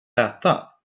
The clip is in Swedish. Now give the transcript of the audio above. äta